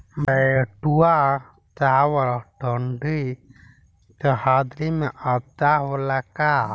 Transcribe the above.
बैठुआ चावल ठंडी सह्याद्री में अच्छा होला का?